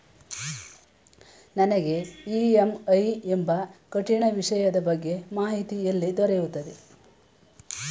ನನಗೆ ಇ.ಎಂ.ಐ ಎಂಬ ಕಠಿಣ ವಿಷಯದ ಬಗ್ಗೆ ಮಾಹಿತಿ ಎಲ್ಲಿ ದೊರೆಯುತ್ತದೆಯೇ?